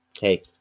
hey